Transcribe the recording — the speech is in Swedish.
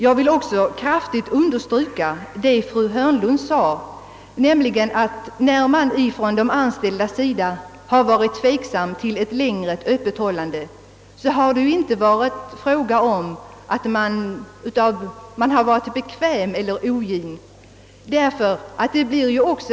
Jag vill också kraftigt understryka vad fru Hörnlund sade, nämligen att när de anställda ställt sig tveksamma till förslaget om ett längre öppethållande så har det inte varit därför att man är bekväm eller ogin.